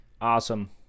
Awesome